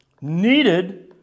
needed